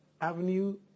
Avenue